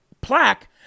plaque